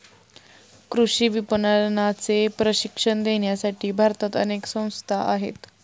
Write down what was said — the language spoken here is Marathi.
कृषी विपणनाचे प्रशिक्षण देण्यासाठी भारतात अनेक संस्था आहेत